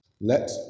Let